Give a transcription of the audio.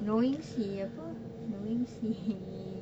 knowing si apa knowing si